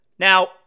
Now